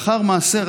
לאחר מעשה,